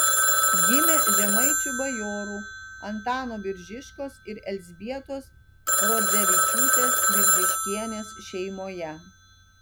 gimė žemaičių bajorų antano biržiškos ir elzbietos rodzevičiūtės biržiškienės šeimoje